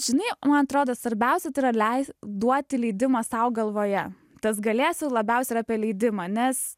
žinai man atrodo svarbiausia tai yra leis duoti leidimą sau galvoje tas galėsiu labiausiai apie leidimą nes